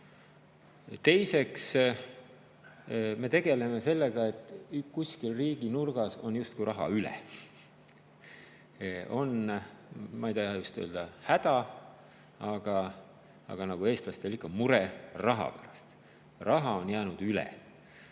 Teiseks tegeleme me sellega, et kuskil riigi nurgas on raha justkui üle. On, ma ei taha öelda, häda, aga nagu eestlastel ikka, mure raha pärast. Raha on jäänud üle